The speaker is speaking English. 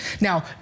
Now